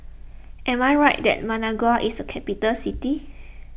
am I right that Managua is a capital city